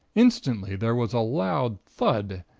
instantly there was a loud thud,